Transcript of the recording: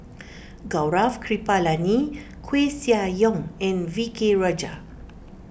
Gaurav Kripalani Koeh Sia Yong and V K Rajah